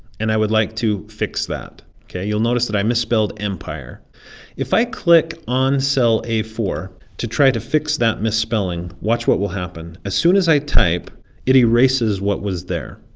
and i would like to fix that okay you'll notice that i misspelled empire if i click on cell a four to try to fix that misspelling watch what will happen as soon as i type it erases? what was there?